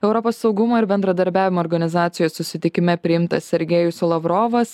europos saugumo ir bendradarbiavimo organizacijos susitikime priimtas sergejus lavrovas